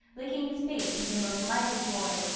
licking his face with the most lively joy,